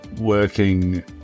working